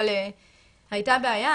אבל הייתה בעיה.